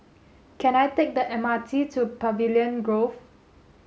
can I take the M R T to Pavilion Grove